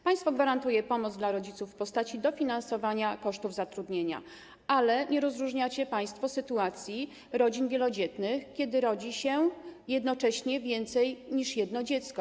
Państwo gwarantuje pomoc dla rodziców w postaci dofinansowania kosztów zatrudnienia, ale nie rozróżniacie państwo sytuacji rodzin wielodzietnych, kiedy rodzi się jednocześnie więcej niż jedno dziecko.